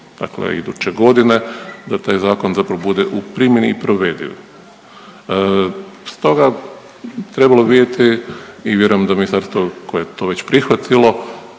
dakle iduće godine da taj zakon zapravo bude u primjeni i provediv. Stoga trebalo bi vidjeti i vjerujem da ministarstvo koje je to već prihvatilo